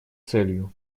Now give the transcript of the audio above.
целью